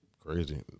Crazy